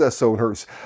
owners